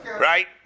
Right